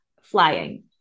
flying